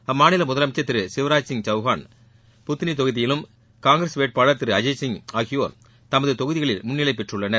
அம்மாநில முதலமைச்சர் திரு சிவராஜ் சிங் சௌகான் புத்ளி தொகுதியிலும் காங்கிரஸ் வேட்பாளர் திரு அஜய் சிங் ஆகியோர் தமது தொகுதிகளில் முன்னிலை பெற்றுள்ளனர்